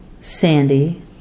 Sandy